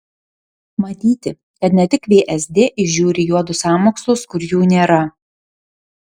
matyti kad ne tik vsd įžiūri juodus sąmokslus kur jų nėra